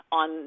on